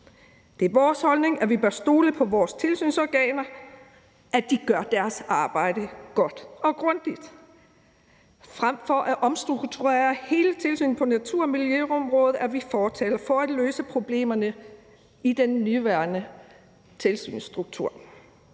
Det er vores holdning, at vi bør stole på vores tilsynsorganer og på, at de gør deres arbejde godt og grundigt. Frem for at omstrukturere hele tilsynet på natur- og miljøområdet er vi fortalere for at løse problemerne i den nuværende tilsynsstruktur.